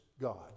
god